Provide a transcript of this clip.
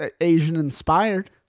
Asian-inspired